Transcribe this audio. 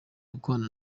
gukorana